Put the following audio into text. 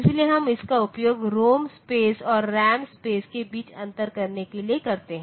इसलिए हम इसका उपयोग रॉम स्पेस और रैम स्पेस के बीच अंतर करने के लिए करते हैं